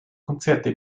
konzerte